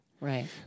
Right